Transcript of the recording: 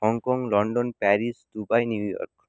Hong Kong London Paris Dubai New York